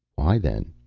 why, then?